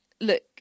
look